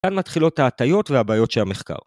‫כאן מתחילות ההטיות והבעיות ‫של המחקר.